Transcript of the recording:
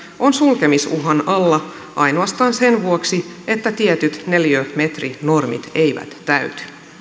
on sulkemisuhan alla ainoastaan sen vuoksi että tietyt neliömetrinormit eivät täyty